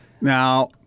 Now